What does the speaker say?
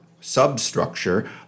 substructure